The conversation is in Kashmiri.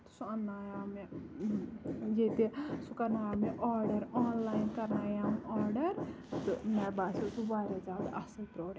سُہ اَننایاو مےٚ ییٚتہِ سُہ کَرنایاو مےٚ آرڈر آن لاین کَرنایاوُم آرڈر تہٕ مےٚ باسیو سُہ واریاہ زیادٕ اَصٕل پروڈَکٹ